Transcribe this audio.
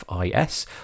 FIS